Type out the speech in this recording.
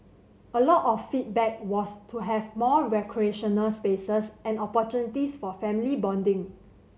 a lot of the feedback was to have more recreational spaces and opportunities for family bonding